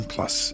Plus